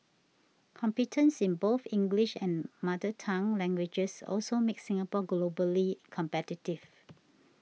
competence in both English and mother tongue languages also makes Singapore globally competitive